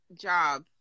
job